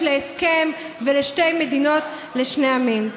להסכם ולשתי מדינות לשני עמים.